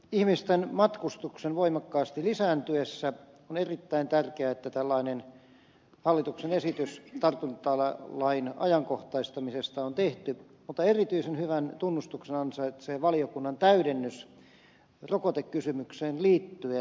ihmisten matkustuksen voimakkaasti lisääntyessä on erittäin tärkeää että tällainen hallituksen esitys tartuntatautilain ajankohtaistamisesta on tehty mutta erityisen hyvän tunnustuksen ansaitsee valiokunnan täydennys rokotekysymykseen liittyen